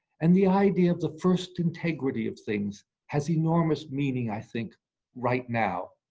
and the idea of the first integrity of things has enormous meaning i think right now.